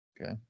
Okay